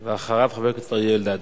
אחריו, חבר הכנסת אריה אלדד.